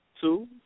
two